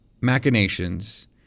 machinations